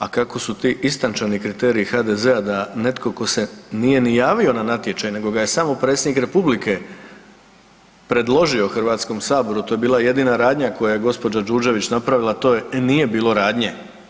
A kako su ti istančani kriteriji HDZ-a da netko tko se nije ni javio na natječaj, nego ga je samo Predsjednik Republike predložio Hrvatskom saboru to je bila jedina radnja koju je gospođa Đurđević napravila a to je nije bilo radnje.